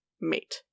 mate